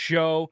Show